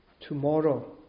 Tomorrow